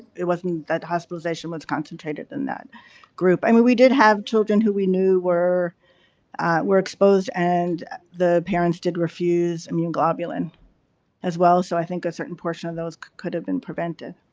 it wasn't that hospitalization was concentrated in that group. and i mean we did have children who we knew were were exposed and the parents did refuse, immune globulin as well. so, i think a certain portion of those could have been prevented.